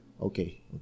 Okay